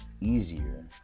easier